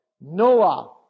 Noah